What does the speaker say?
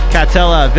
Catella